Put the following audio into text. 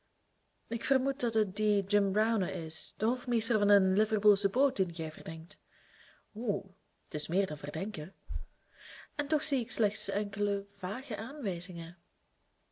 ik vermoed dat het die jim browner is de hofmeester van een liverpoolsche boot dien gij verdenkt o t is meer dan verdenken en toch zie ik slechts enkele vage aanwijzingen